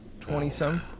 Twenty-some